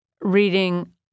reading